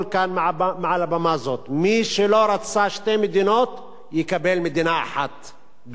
מעל הבמה הזאת: מי שלא רצה שתי מדינות יקבל מדינה אחת דו-לאומית.